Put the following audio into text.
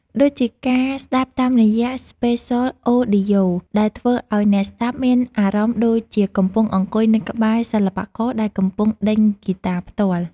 ដូចជាការស្តាប់តាមរយៈ ស្ប៉េហ្សល អូឌីយ៉ូ (Spatial Audio) ដែលធ្វើឱ្យអ្នកស្តាប់មានអារម្មណ៍ដូចជាកំពុងអង្គុយនៅក្បែរសិល្បករដែលកំពុងដេញហ្គីតាផ្ទាល់។